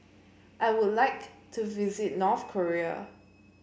I would like to visit North Korea